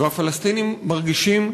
והפלסטינים מרגישים,